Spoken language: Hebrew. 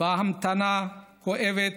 בהמתנה כואבת,